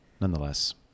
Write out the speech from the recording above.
nonetheless